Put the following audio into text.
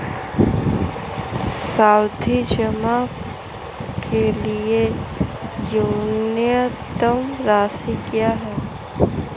सावधि जमा के लिए न्यूनतम राशि क्या है?